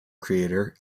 creator